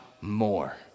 more